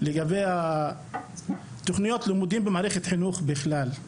לגבי תוכניות הלימוד במערכת החינוך בכלל.